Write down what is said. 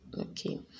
okay